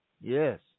yes